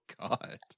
god